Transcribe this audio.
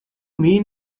mean